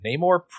Namor